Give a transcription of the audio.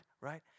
Right